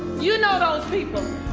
you know those people.